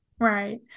Right